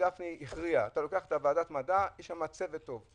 גפני הכריע: קח את ועדת המדע יש שם צוות טוב.